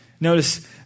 Notice